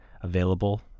Available